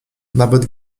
nawet